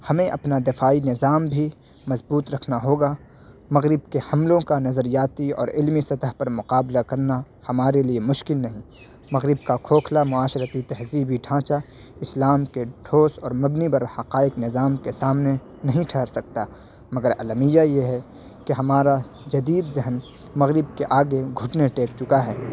ہمیں اپنا دفاعی نظام بھی مضبوط رکھنا ہوگا مغرب کے حملوں کا نظریاتی اور علمی سطح پر مقابلہ کرنا ہمارے لیے مشکل نہیں مغرب کا کھوکھلا معاشرتی تہذیبی ڈھانچہ اسلام کے ٹھوس اور مبنی بر حقائق نظام کے سامنے نہیں ٹھہر سکتا مگر المیہ یہ ہے کہ ہمارا جدید ذہن مغرب کے آگے گھٹنے ٹیک چکا ہے